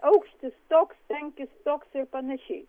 aukštis toks tankis toksai ir panašiai